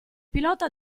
pilota